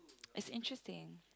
it's interesting